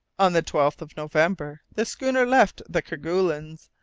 on the twelfth of november, the schooner left the kerguelens,